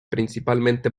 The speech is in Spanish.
principalmente